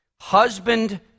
husband